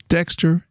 Dexter